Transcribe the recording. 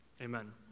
Amen